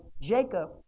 Jacob